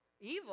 Evil